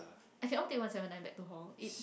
I can all take one seven nine back to hall